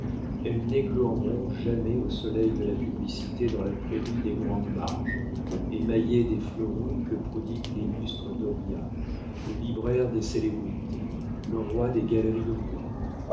elles n'écloront jamais au soleil de la publicité dans la prairie des grandes marges émaillée des fleurons que prodigue l'illustre dauriat le libraire des célébrités le roi des galeries de bois mon